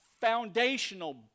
foundational